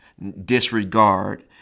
disregard